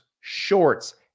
shorts